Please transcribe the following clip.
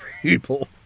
people